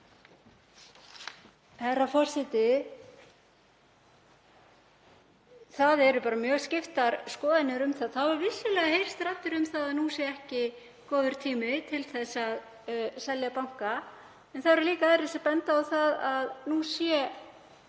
Herra forseti. Það eru bara mjög skiptar skoðanir um það. Það hafa vissulega heyrst raddir um að nú sé ekki góður tími til að selja banka. En það eru líka aðrir sem benda á það að nú sé